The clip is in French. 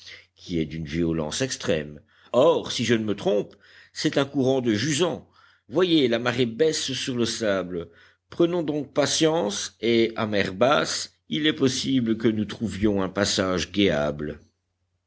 qui est d'une violence extrême or si je ne me trompe c'est un courant de jusant voyez la marée baisse sur le sable prenons donc patience et à mer basse il est possible que nous trouvions un passage guéable